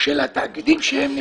של התאגידים שהם נמצאים,